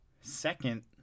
second